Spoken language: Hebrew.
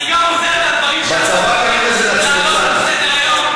אני גם עוזר בדברים שאתה רוצה להעלות על סדר-היום.